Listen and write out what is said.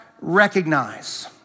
recognize